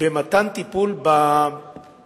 במתן טיפול לנזקק